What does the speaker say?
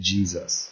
Jesus